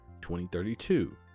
2032